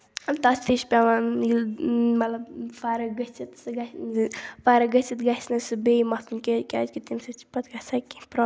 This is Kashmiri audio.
تَتھ تہِ چھِ پیٚوان ییٚلہٕ مطلب فَرٕق گٔژھِتھ سُہ گَژھِنہٕ فَرٕق گٔژھِتھ گَژھِنہٕ سُہ بیٚیہِ مَتُھن کیٚنٛہہ کیٛازِ کہِ تَمہِ سۭتۍ چھِ پَتہٕ گَژھان کیٚںٛہہ پرٛاب